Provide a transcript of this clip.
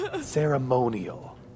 ceremonial